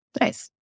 Nice